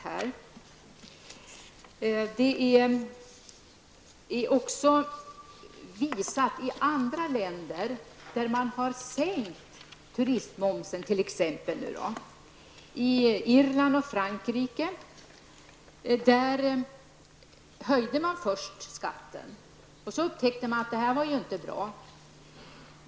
Detsamma visas av vad som har skett när man i andra länder t.ex. har sänkt turistmomsen. I Irland och Frankrike höjde man först skatten, men upptäckte sedan att det inte var bra.